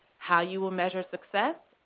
how you will measure success,